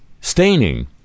staining